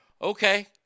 okay